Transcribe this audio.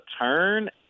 turn